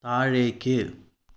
താഴേക്ക്